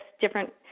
different